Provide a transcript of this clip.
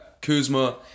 Kuzma